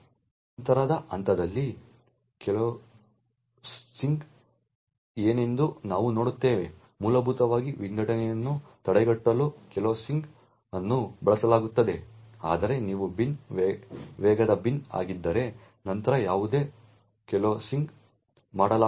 ನಂತರದ ಹಂತದಲ್ಲಿ ಕೋಲೆಸ್ಸಿಂಗ್ ಏನೆಂದು ನಾವು ನೋಡುತ್ತೇವೆ ಮೂಲಭೂತವಾಗಿ ವಿಘಟನೆಯನ್ನು ತಡೆಗಟ್ಟಲು ಕೋಲೆಸ್ಸಿಂಗ್ ಅನ್ನು ಬಳಸಲಾಗುತ್ತದೆ ಆದರೆ ನೀವು ಬಿನ್ ವೇಗದ ಬಿನ್ ಆಗಿದ್ದರೆ ನಂತರ ಯಾವುದೇ ಕೋಲೆಸ್ಸಿಂಗ್ ಮಾಡಲಾಗುವುದಿಲ್ಲ